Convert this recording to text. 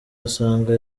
asanga